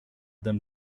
them